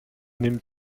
nimmt